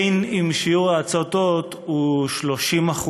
בין ששיעור ההצתות הוא 30%,